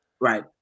right